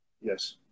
Yes